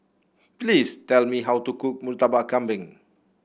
please tell me how to cook Murtabak Kambing